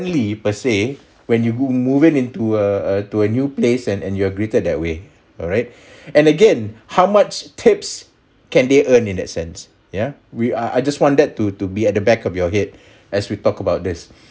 per say when you move moving into a a to a new place and and you are greeted that way alright and again how much tips can they earn in that sense ya we are I just want that to to be at the back of your head as we talk about this